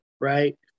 right